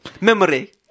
Memory